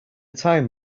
time